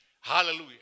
Hallelujah